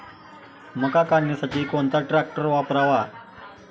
मका काढणीसाठी कोणता ट्रॅक्टर वापरावा?